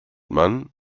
man